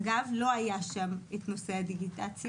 אגב, לא היה שם את נושא הדיגיטציה,